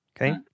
Okay